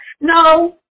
No